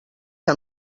que